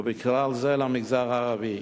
ובכלל זה למגזר הערבי.